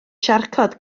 siarcod